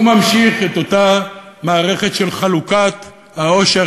הוא ממשיך את אותה מערכת של חלוקת העושר